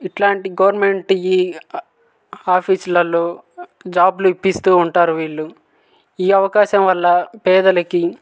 ఇట్లాంటి గవర్నమెంట్ ఈ ఆఫీసులలో జాబ్లు ఇప్పిస్తూ ఉంటారు వీళ్ళు ఈ అవకాశం వల్ల పేదలకి